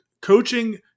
coaching